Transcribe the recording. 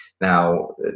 Now